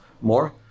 more